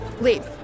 leave